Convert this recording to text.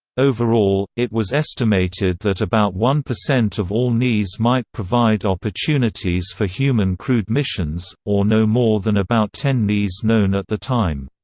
overall, it was estimated that about one percent of all neas might provide opportunities for human-crewed missions, or no more than about ten neas known at the time.